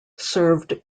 served